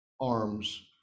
arms